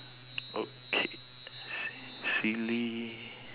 okay si~ silly